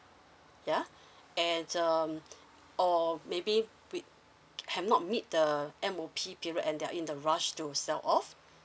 ya and um or maybe we have not meet the M_O_P period and they're in the rush to sell off